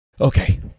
Okay